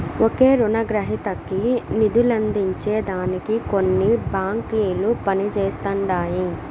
ఒకే రునగ్రహీతకి నిదులందించే దానికి కొన్ని బాంకిలు పనిజేస్తండాయి